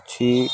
اچھی